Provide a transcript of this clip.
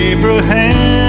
Abraham